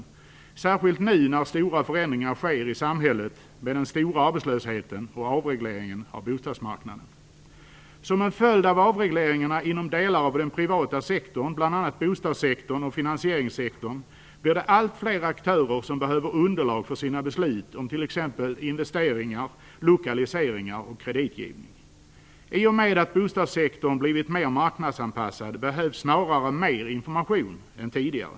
Detta gäller särskilt nu när stora förändringar sker i samhället med den stora arbetslösheten och avregleringen av bostadsmarknaden. Som en följd av avregleringarna inom delar av den privata sektorn, bl.a. bostadssektorn och finansieringssektorn, blir det allt fler aktörer som behöver underlag för sina beslut om t.ex. investeringar, lokaliseringar och kreditgivning. I och med att bostadssektorn blivit mer marknadsanpassad behövs snarare mer information än tidigare.